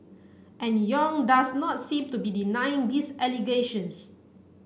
and Yong does not seem to be denying these allegations